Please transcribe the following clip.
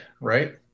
right